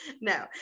no